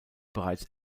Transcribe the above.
bereits